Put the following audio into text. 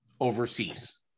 overseas